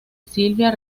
silvia